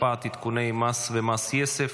(הקפאת עדכוני מס ומס יסף),